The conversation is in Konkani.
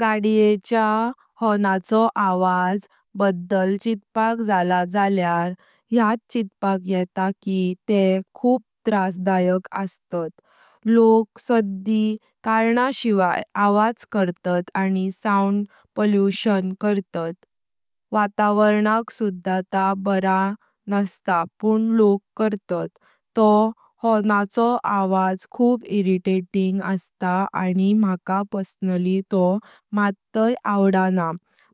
गाड्यांच्या हॉर्नाच्या आवाजाबद्दल चित्पक झला झाल्यार यात चित्पक येता की ते खूप त्रासदायक असतात, लोक साडी करणा शिवाय आवाज करतात आणि साउंड पॉल्यूशन करता, वातावरणांक सुधा ता बरा नसता पण लोक करतात। तो हॉर्नाचा आवाज खूप इरिटेटिंग असता आणि मला पर्सनली तो मत्तई आवडना।